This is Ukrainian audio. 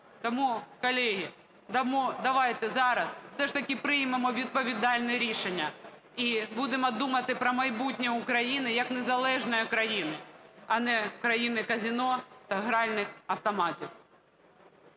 Тому, колеги, давайте зараз все ж таки приймемо відповідальне рішення і будемо думати про майбутнє України як незалежної країни, а не країни казино та гральних автоматів.